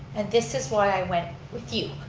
and this is why i went with you